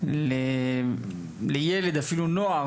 לבין ילד או נער.